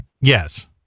Yes